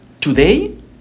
today